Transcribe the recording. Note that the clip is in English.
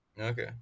Okay